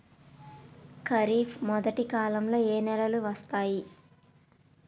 ఖరీఫ్ మొదటి కాలంలో ఏ నెలలు వస్తాయి?